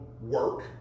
work